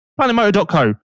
planetmoto.co